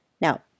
Now